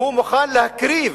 והוא מוכן להקריב